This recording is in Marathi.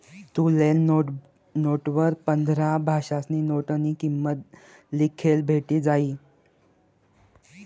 तुले नोटवर पंधरा भाषासमा नोटनी किंमत लिखेल भेटी जायी